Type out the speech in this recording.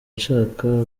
nshaka